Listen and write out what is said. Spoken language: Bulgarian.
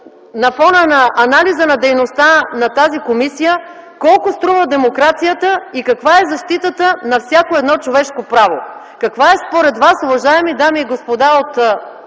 на фона на анализа на дейността на тази комисия, колко струва демокрацията и каква е защитата на всяко едно човешко право? Каква е според Вас, уважаеми дами и господа от